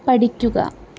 പഠിക്കുക